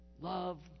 love